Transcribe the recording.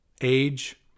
Age